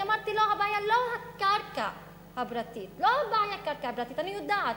אני אמרתי לו: הבעיה לא הקרקע הפרטית, אני יודעת.